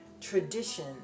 tradition